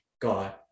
God